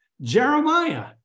Jeremiah